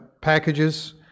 packages